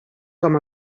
com